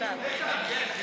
איתן, יש.